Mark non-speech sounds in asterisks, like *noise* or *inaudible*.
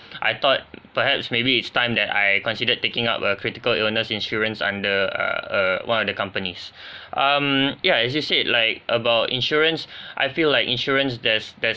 I thought perhaps maybe it's time that I considered taking up a critical illness insurance under a err one of the companies *breath* um yeah as you said like about insurance I feel like insurance there's there's